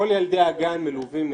כל ילדי הגן מלווים.